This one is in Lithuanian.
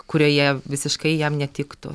kurioje visiškai jam netiktų